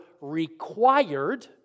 required